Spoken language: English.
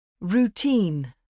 Routine